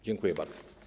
Dziękuję bardzo.